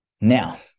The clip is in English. Now